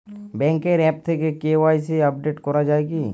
ব্যাঙ্কের আ্যপ থেকে KYC update করা যায় কি?